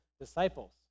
disciples